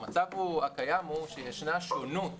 המצב הוא שיש שונות